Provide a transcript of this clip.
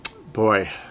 boy